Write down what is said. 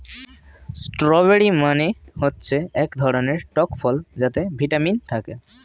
strawberry মানে হচ্ছে এক ধরনের টক ফল যাতে ভিটামিন থাকে